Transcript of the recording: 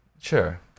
Sure